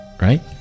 right